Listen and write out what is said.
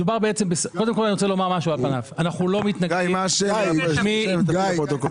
רוצה לומר מספר דברים על זה.